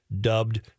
dubbed